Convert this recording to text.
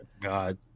god